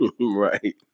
Right